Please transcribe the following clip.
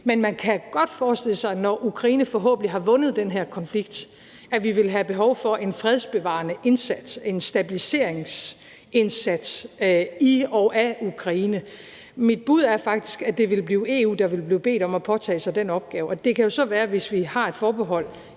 Men man kan godt forestille sig, når Ukraine forhåbentlig har vundet den her konflikt, at vi vil have behov for en fredsbevarende indsats, en stabiliseringsindsats i og af Ukraine. Mit bud er faktisk, at det vil være EU, der vil blive bedt om at påtage sig den opgave. Og det kan jo så være, hvis vi har et forbehold